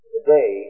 Today